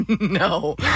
no